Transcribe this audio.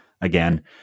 Again